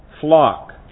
flock